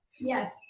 yes